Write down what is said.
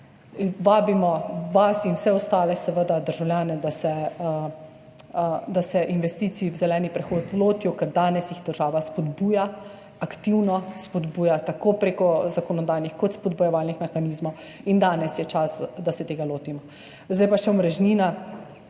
Vabimo vas in vse ostale državljane, da se investicij v zeleni prehod lotijo, ker jih danes država spodbuja, aktivno spodbuja tako prek zakonodajnih kot prek spodbujevalnih mehanizmov in danes je čas, da se tega lotimo. Zdaj pa še omrežnina.